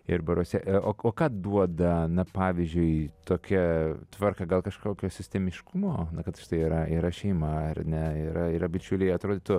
ir baruose o o ką duoda na pavyzdžiui tokia tvarka gal kažkokio sistemiškumo na kad štai yra yra šeima ar ne yra yra bičiuliai atrodytų